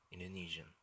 Indonesian